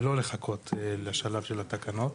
ולא לחכות לשלב של התקנות,